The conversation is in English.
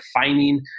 defining